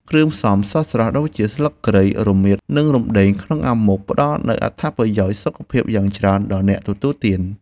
គ្រឿងផ្សំស្រស់ៗដូចជាស្លឹកគ្រៃ រមៀត និងរំដេងក្នុងអាម៉ុកផ្តល់នូវអត្ថប្រយោជន៍សុខភាពយ៉ាងច្រើនដល់អ្នកទទួលទាន។